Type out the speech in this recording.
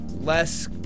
less